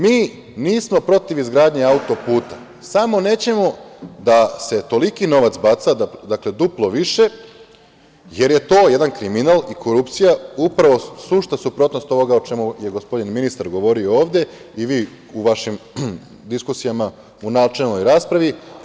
Mi nismo protiv izgradnje auto-puta, samo nećemo da se toliki novac baca, duplo više, jer je to jedan kriminal i korupcija, upravo sušta suprotnost ovoga o čemu je gospodin ministar govorio ovde, i vi u vašim diskusijama u načelnoj raspravi.